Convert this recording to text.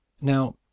Now